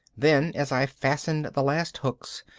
then, as i fastened the last hooks,